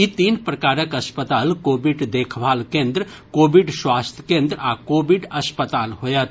ई तीन प्रकारक अस्पताल कोविड देखभाल केन्द्र कोविड स्वास्थ्य केन्द्र आ कोविड अस्पताल होयत